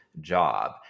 job